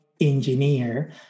engineer